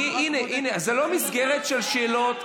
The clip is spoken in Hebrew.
זו לא מסגרת של שאלות,